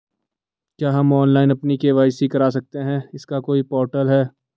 क्या हम ऑनलाइन अपनी के.वाई.सी करा सकते हैं इसका कोई पोर्टल है?